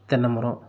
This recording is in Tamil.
தென்னமரம்